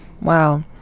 Wow